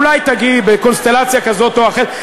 אולי תגיעי בקונסטלציה כזאת או אחרת.